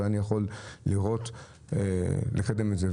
אולי אני יכול לקדם את זה.